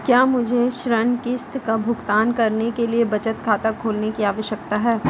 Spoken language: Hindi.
क्या मुझे ऋण किश्त का भुगतान करने के लिए बचत खाता खोलने की आवश्यकता है?